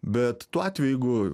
bet tuo atveju jeigu